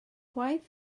chwaith